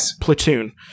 platoon